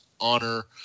honor